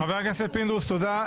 חבר הכנסת פינדרוס, תודה.